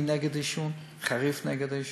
אני נגד עישון, חריף נגד עישון.